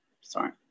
Sorry